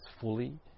fully